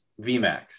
VMAX